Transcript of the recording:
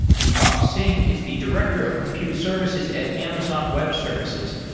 deepak singh is the director of compute services at amazon web services,